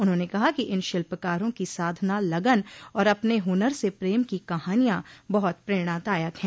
उन्होंन कहा कि इन शिल्पकारों की साधना लगन और अपने हुनर से प्रेम की कहानियां बहुत प्रेरणादायक हैं